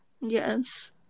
yes